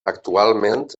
actualment